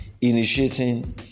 initiating